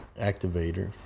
activator